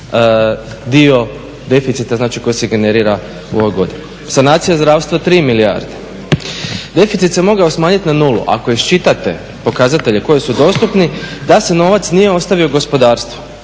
dio deficita znači koji se generira u ovoj godini. Sanacija zdravstva 3 milijarde. Deficit se mogao smanjiti na 0, ako iščitate pokazatelje koji su dostupni, da se novac nije ostavio gospodarstvu,